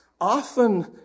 often